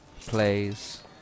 plays